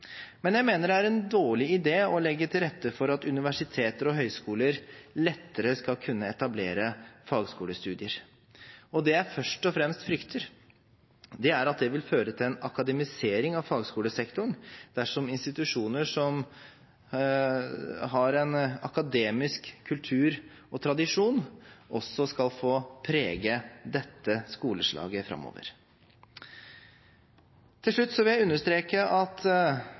Men jeg mener det er en dårlig idé å legge til rette for at universiteter og høyskoler lettere skal kunne etablere fagskolestudier. Det jeg først og fremst frykter, er at det vil føre til en akademisering av fagskolesektoren dersom institusjoner som har en akademisk kultur og tradisjon, også skal få prege dette skoleslaget framover. Til slutt vil jeg understreke at